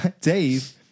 Dave